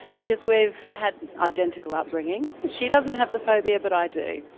because we've had identical upbringings. she doesn't have the phobia but i do.